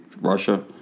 Russia